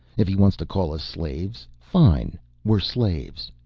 if he wants to call us slaves, fine we're slaves.